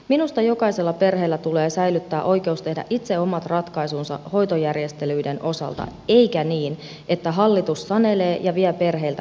minusta jokaisella perheellä tulee säilyttää oikeus tehdä itse omat ratkaisunsa hoitojärjestelyiden osalta eikä niin että hallitus sanelee ja vie perheiltä päätösvallan